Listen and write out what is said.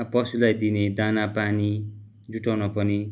पशुलाई दिने दाना पानी जुटाउन पनि